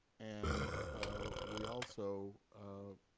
and we also,